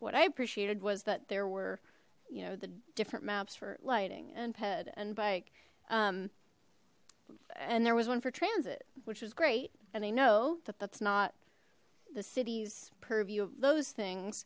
what i appreciated was that there were you know the different maps for lighting and ped and bike um and there was one for transit which was great and i know that that's not the city's purview of those things